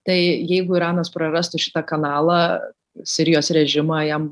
tai jeigu iranas prarastų šitą kanalą sirijos režimą jam